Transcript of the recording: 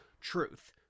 truth